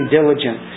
diligent